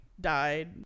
Died